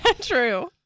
true